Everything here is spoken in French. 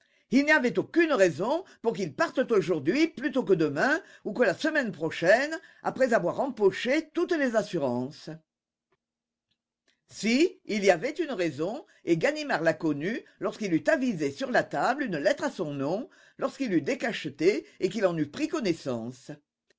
il n'y avait aucune raison pour qu'ils partent aujourd'hui plutôt que demain ou que la semaine prochaine après avoir empoché toutes les assurances si il y avait une raison et ganimard la connut lorsqu'il eut avisé sur la table une lettre à son nom lorsqu'il l'eut décachetée et qu'il en eut pris connaissance